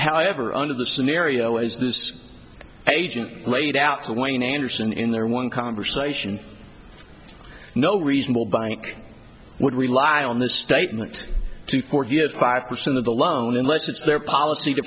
however under the scenario as this agent laid out to wayne anderson in their one conversation no reasonable bank would rely on the statement two years five percent of the loan unless it's their policy to